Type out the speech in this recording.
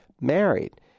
married